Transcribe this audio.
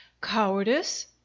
Cowardice